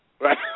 Right